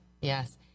Yes